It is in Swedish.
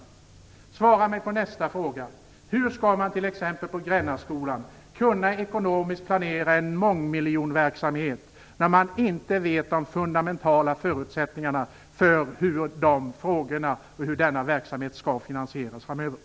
Och svara mig på nästa fråga: Hur skall man på exempelvis Grännaskolan ekonomiskt kunna planera en mångmiljonverksamhet när man inte känner till de fundamentala förutsättningarna för hur verksamheten skall kunna finansieras framöver?